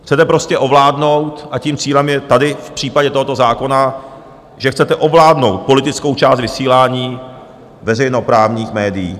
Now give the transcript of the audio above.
Chcete prostě ovládnout, a tím cílem je tady v případě tohoto zákona, že chcete ovládnout politickou část vysílání veřejnoprávních médií.